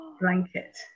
blanket